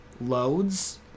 loads